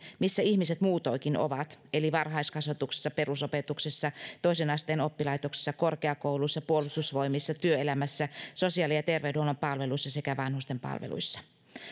missä ihmiset muutoinkin ovat eli varhaiskasvatuksessa perusopetuksessa toisen asteen oppilaitoksissa korkeakouluissa puolustusvoimissa työelämässä sosiaali ja terveydenhuollon palveluissa sekä vanhustenpalveluissa